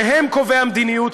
שהם קובעי המדיניות,